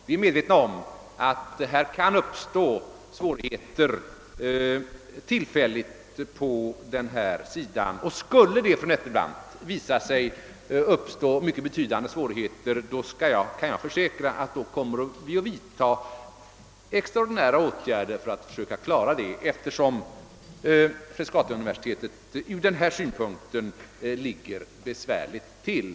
Vi är medvetna om att det på matsalssidan tillfälligtvis kan uppstå svårigheter. Skulle det, fru Nettelbrandt, uppstå mycket betydande svårigheter kan jag försäkra att vi kommer att vidta extraordinära åtgärder för att klara den saken, eftersom Frescatiuniversitetet ur den synpunkten ligger besvärligt till.